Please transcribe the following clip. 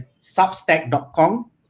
substack.com